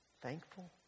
thankful